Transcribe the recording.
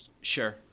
Sure